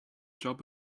job